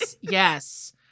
yes